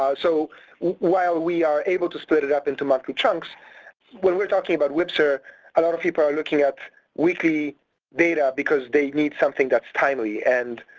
so while we are able to split it up into monthly chunks what we're talking about wpsr a lot of people are looking at weekly data because they need something that's timely and,